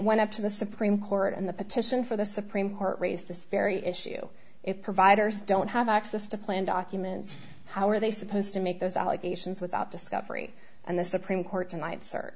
went up to the supreme court and the petition for the supreme court raised this very issue if providers don't have access to plan documents how are they supposed to make those allegations without discovery and the supreme court tonight